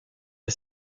est